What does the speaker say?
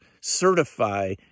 certify